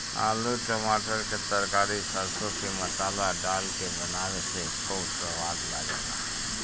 आलू टमाटर के तरकारी सरसों के मसाला डाल के बनावे से खूब सवाद लागेला